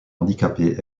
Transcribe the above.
handicapé